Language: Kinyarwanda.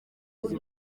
izi